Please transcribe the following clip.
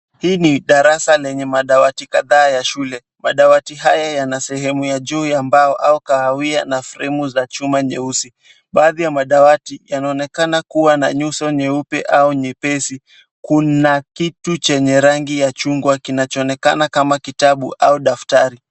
Hii ni darasa lenye madawati kadhaa ya shule. Madawati haya yana sehemu ya juu ya mbao au kahawia na fremu za chuma nyeusi. Baadhi ya madawati yanaonekana kuwa na nyuso nyeupe au nyepesi. Kuna kitu chenye rangi ya chungwa kinachoonekana kama kitabu au daftari.